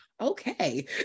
okay